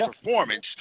performance